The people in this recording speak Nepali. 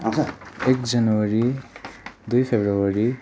एक जनवरी दुई फेब्रुअरी